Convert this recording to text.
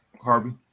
Harvey